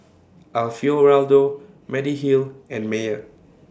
Alfio Raldo Mediheal and Mayer